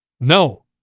No